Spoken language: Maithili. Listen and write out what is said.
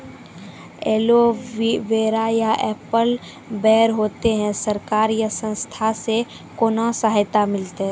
एलोवेरा या एप्पल बैर होते? सरकार या संस्था से कोनो सहायता मिलते?